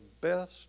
best